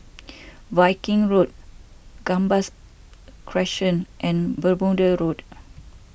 Viking Road Gambas Crescent and Bermuda Road